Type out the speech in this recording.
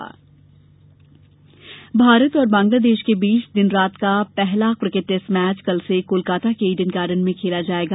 cricket Bharat और बंगलादेश के बीच दिन रात का पहला क्रिकेट टेस्ट मैच कल से कोलाकाता के ईडन गार्डन में खेला जायेगा